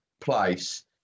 place